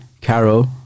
Carol